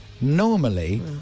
normally